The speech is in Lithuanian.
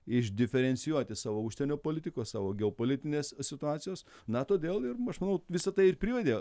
išdiferencijuoti savo užsienio politikos savo geopolitinės situacijos na todėl ir aš manau visa tai ir privedė